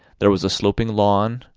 there was a sloping lawn,